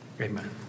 amen